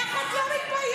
איך את לא מתביישת?